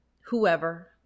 whoever